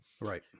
right